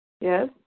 Yes